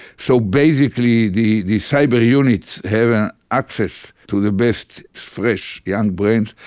so basically the the cyber units have an access to the best fresh young brains.